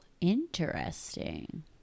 interesting